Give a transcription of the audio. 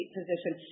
position